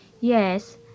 Yes